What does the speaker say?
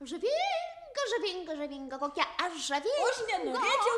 žavinga žavinga žavinga kokia aš žavinga